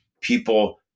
people